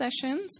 sessions